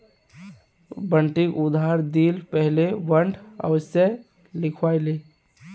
बंटिक उधार दि ल पहले बॉन्ड अवश्य लिखवइ ले